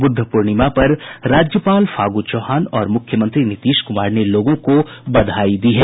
बुद्ध पूर्णिमा पर राज्यपाल फागू चौहान और मुख्यमंत्री नीतीश कुमार ने लोगों को बधाई दी हैं